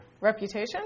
Reputation